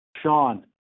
Sean